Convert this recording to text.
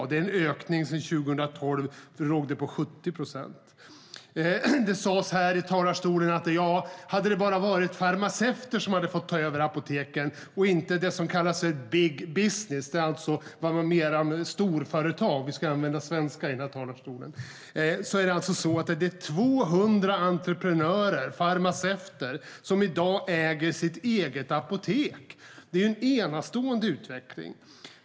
Det är en ökning sedan 2012. Då var den siffran 70 procent. Det sas i talarstolen att det borde varit farmaceuter som fått ta över apoteken och inte det som kallas big business, alltså storföretagen. Det finns 200 entreprenörer, farmaceuter, som i dag äger sitt apotek. Det är en enastående utveckling.